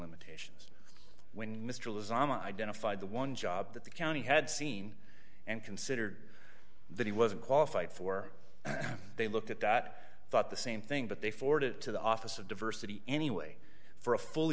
imitation when mr lasagna identified the one job that the county had seen and considered that he wasn't qualified for and they looked at that thought the same thing but they forward it to the office of diversity anyway for a full